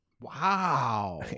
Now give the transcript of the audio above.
Wow